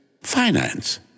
finance